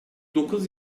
dokuz